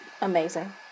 Amazing